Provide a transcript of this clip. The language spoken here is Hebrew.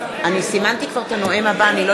נסגרה ההצבעה.